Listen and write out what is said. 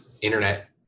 internet